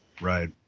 Right